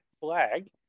flag